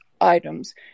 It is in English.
items